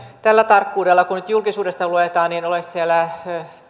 tällä tarkkuudella mitä nyt julkisuudesta luetaan siellä